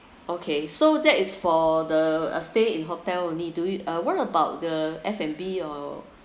okay so that is for the uh stay in hotel only do it uh what about the f and b or